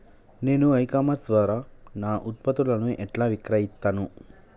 నేను e commerce ద్వారా నా ఉత్పత్తులను ఎట్లా విక్రయిత్తను?